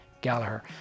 Gallagher